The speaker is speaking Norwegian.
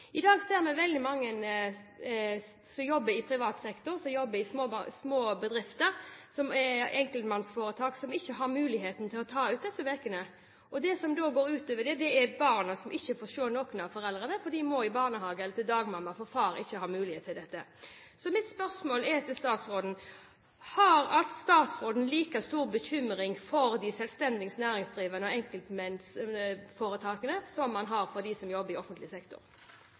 I dag ser vi veldig mange som jobber i privat sektor, som jobber i små bedrifter og i enkeltmannsforetak, som ikke har mulighet for å ta ut disse ukene. De som det da går ut over, er barna, som ikke får se noen av foreldrene, for de må i barnehage eller til dagmamma fordi far ikke har mulighet til dette. Mitt spørsmål til statsråden er: Har statsråden like stor bekymring for de selvstendig næringsdrivende og enkeltmannsforetak som man har for dem som jobber i offentlig sektor?